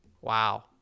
Wow